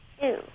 two